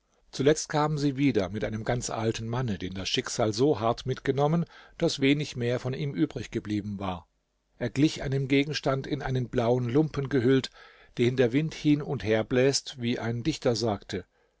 zuletzt kamen sie wieder mit einem ganz alten manne den das schicksal so hart mitgenommen daß wenig mehr von ihm übrig geblieben war er glich einem gegenstand in einen blauen lumpen gehüllt den der wind hin und her bläst wie ein dichter sagte